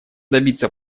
добиться